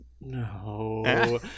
No